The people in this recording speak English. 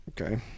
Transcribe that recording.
Okay